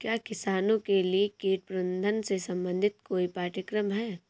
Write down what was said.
क्या किसानों के लिए कीट प्रबंधन से संबंधित कोई पाठ्यक्रम है?